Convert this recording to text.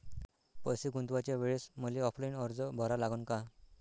पैसे गुंतवाच्या वेळेसं मले ऑफलाईन अर्ज भरा लागन का?